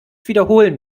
wiederholen